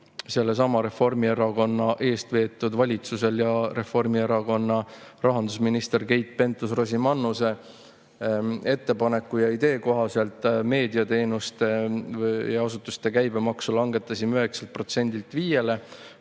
langetasime Reformierakonna eest veetud valitsuse ja Reformierakonna rahandusministri Keit Pentus-Rosimannuse ettepaneku ja idee kohaselt meediateenuste ja ‑asutuste käibemaksu 9%-lt 5%-le.